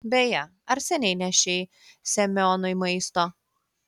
beje ar seniai nešei semionui maisto